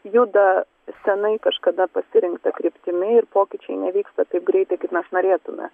juda senai kažkada pasirinkta kryptimi ir pokyčiai nevyksta taip greitai kaip mes norėtume